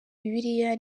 bibiliya